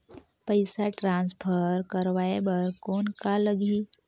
पइसा ट्रांसफर करवाय बर कौन का लगही?